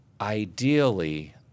ideally